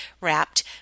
wrapped